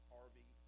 Harvey